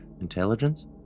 Intelligence